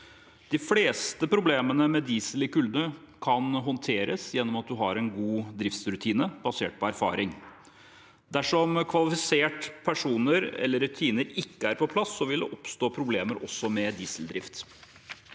De fleste problemene med diesel i kulde kan håndteres gjennom at man har gode driftsrutiner basert på erfaring. Dersom kvalifiserte personer eller rutiner ikke er på plass, vil det oppstå problemer også med dieseldrift.